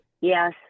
Yes